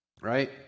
right